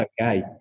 okay